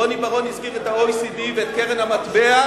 רוני בר-און הזכיר את ה-OECD ואת קרן המטבע,